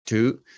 two